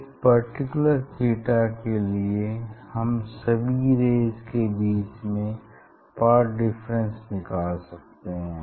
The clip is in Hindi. एक पर्टिकुलर थीटा के लिए हम सभी रेज़ के बीच में पाथ डिफरेंस निकाल सकते हैं